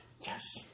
Yes